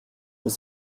aux